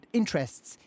interests